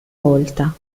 volta